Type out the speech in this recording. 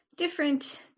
different